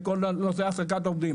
בכל הנושא העסקת עובדים,